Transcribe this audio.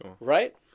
right